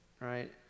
right